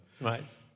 Right